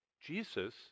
Jesus